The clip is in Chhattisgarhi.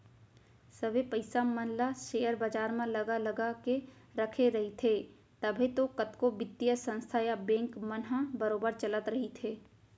सबे पइसा मन ल सेयर बजार म लगा लगा के रखे रहिथे तभे तो कतको बित्तीय संस्था या बेंक मन ह बरोबर चलत रइथे